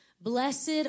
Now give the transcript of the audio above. Blessed